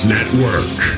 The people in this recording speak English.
Network